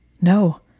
No